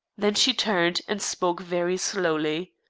then she turned, and spoke very slowly